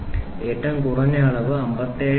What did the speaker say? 00055 ഉം ഏറ്റവും കുറഞ്ഞ അളവ് 57